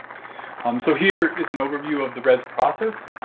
um so, here is an overview of the rez process,